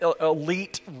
elite